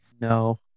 No